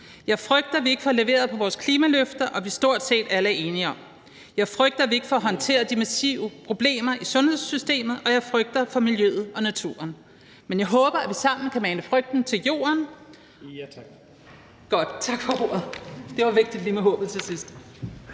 Jeg frygter, at vi ikke får leveret på vores klimaløfter, som vi stort set alle er enige om; jeg frygter, at vi ikke får håndteret de massive problemer i sundhedssystemet; og jeg frygter for miljøet og naturen. Men jeg håber, at vi sammen kan mane frygten i jorden.